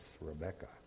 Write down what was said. Rebecca